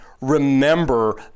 remember